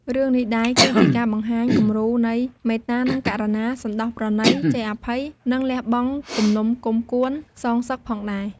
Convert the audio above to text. រឿងនេះដែរ គឺជាការបង្ហាញគំរូនៃ មេត្តា និងករុណា សណ្តោសប្រណីចេះអភ័យ និងលះបង់គំនុំគំគួនសងសឹកផងដែរ ។